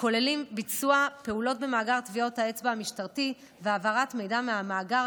הכוללים ביצוע פעולות במאגר טביעות האצבע המשטרתי והעברת מידע מהמאגר,